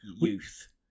youth